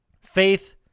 Faith